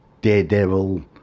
daredevil